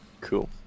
cool